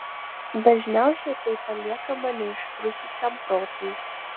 dažniausiai tai paliekama neišprususiam protui